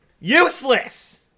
Useless